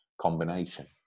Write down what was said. combination